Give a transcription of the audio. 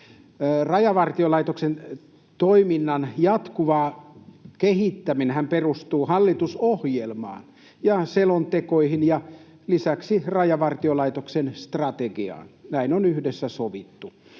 Rajavartiolaitoksen toiminnan jatkuva kehittäminenhän perustuu hallitusohjelmaan ja selontekoihin ja lisäksi Rajavartiolaitoksen strategiaan. Näin on yhdessä sovittu.